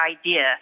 idea